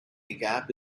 gap